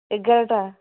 ଏଗାରଟା